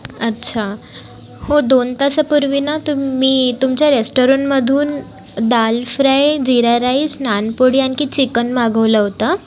अच्छा हो दोन तासापूर्वी ना मी तुमच्या रेस्टॉरंटमधून दाल फ्राय जीरा राईस नानपोळी आणखी चिकन मागवलं होतं